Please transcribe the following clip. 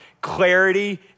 clarity